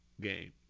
game